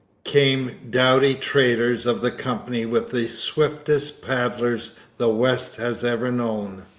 came doughty traders of the company with the swiftest paddlers the west has ever known.